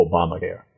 Obamacare